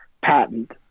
patent